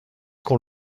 qu’on